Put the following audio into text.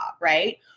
Right